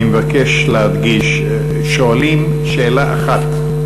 אני מבקש להדגיש: שואלים שאלה אחת,